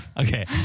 okay